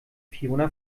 fiona